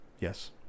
Yes